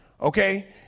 Okay